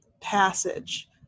passage